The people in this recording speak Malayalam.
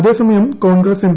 അതേസമയം കോൺഗ്രസ് എം